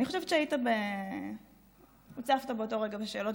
אני חושבת שהוצפת באותו רגע בשאלות,